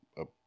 up